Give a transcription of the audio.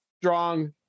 strong